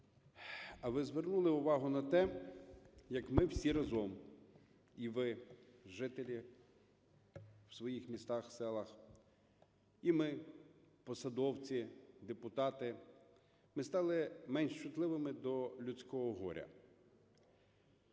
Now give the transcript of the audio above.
а ви звернули увагу на те, як ми всі разом: і ви, жителі в своїх містах, селах, і ми, посадовці, депутати, - ми стали менш чутливими до людського горя?